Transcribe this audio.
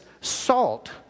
salt